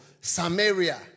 Samaria